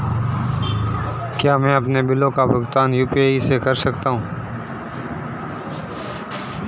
क्या मैं अपने बिलों का भुगतान यू.पी.आई के माध्यम से कर सकता हूँ?